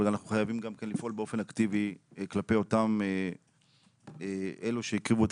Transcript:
גם לפעול באופן אקטיבי כלפי אותם אלה שהקריבו את